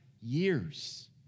years